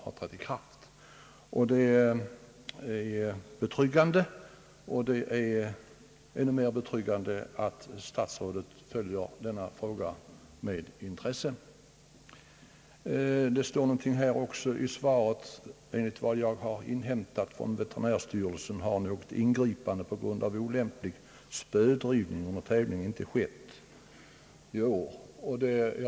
Det är betryggande, och än mera betryggande är att statsrådet följer denna fråga med intresse. Det sägs också i svaret att »enligt vad jag har inhämtat från veterinärstyrelsen har något ingripande på grund av olämplig spödrivning av häst under tävling inte skett från banveterinärs sida».